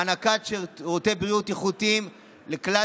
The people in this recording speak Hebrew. הענקה של שירותי בריאות איכותיים לכלל